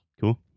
Cool